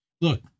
Look